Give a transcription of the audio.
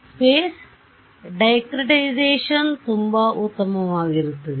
space discretisation ತುಂಬಾ ಉತ್ತಮವಾಗಿರುತ್ತದೆ